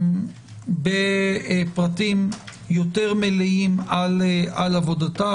בפרטים יותר מלאים על עבודתה.